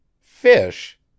Fish